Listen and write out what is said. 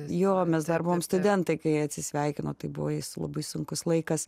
jo mes dar buvom studentai kai atsisveikino tai buvo labai sunkus laikas